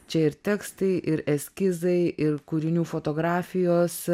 čia ir tekstai ir eskizai ir kūrinių fotografijos